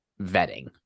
vetting